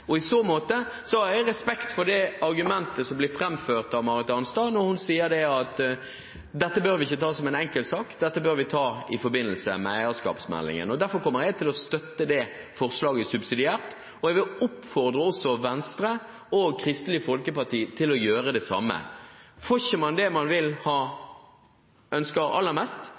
Næringsdepartementet. I så måte har jeg respekt for det argumentet som ble framført av Marit Arnstad, når hun sier at dette bør vi ikke ta som en enkeltsak; dette bør vi ta i forbindelse med eierskapsmeldingen. Derfor kommer jeg til å støtte det forslaget subsidiært. Jeg vil også oppfordre Venstre og Kristelig Folkeparti til å gjøre det samme. Får man ikke det man ønsker aller mest,